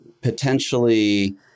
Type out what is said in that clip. potentially